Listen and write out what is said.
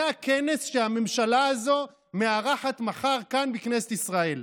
זה הכנס שהממשלה הזאת מארחת מחר כאן בכנסת ישראל.